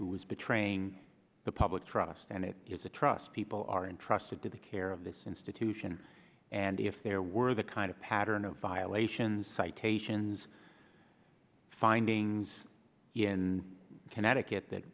is betraying the public trust and it is a trust people are entrusted to the care of this institution and if there were the kind of pattern of violations citations findings in connecticut